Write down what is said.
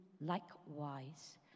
likewise